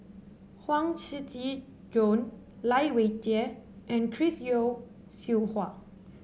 Huang Shiqi Joan Lai Weijie and Chris Yeo Siew Hua